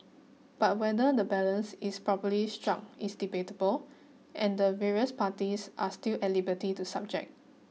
but whether the balance is properly strong is debatable and the various parties are still at liberty to subject